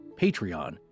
Patreon